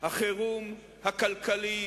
החירום הכלכלי